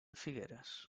figueres